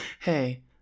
Hey